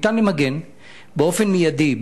באופן מיידי,